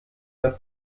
mehr